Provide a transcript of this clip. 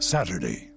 Saturday